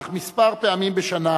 אך כמה פעמים בשנה